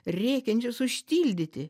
rėkiančius užtildyti